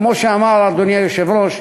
כמו שאמר אדוני היושב-ראש,